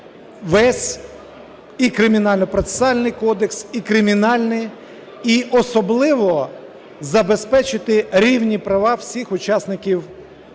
весь і Кримінально-процесуальний кодекс, і Кримінальний. І особливо – забезпечити рівні права всіх учасників